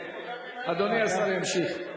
טלפון, אדוני השר ימשיך.